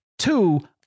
two